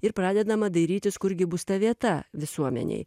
ir pradedama dairytis kur gi bus ta vieta visuomenei